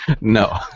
No